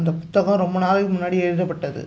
அந்தப் புத்தகம் ரொம்ப நாளைக்கு முன்னாடி எழுதப்பட்டது